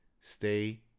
stay